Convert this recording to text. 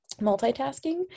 multitasking